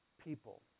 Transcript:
people